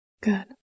Good